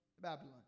Babylon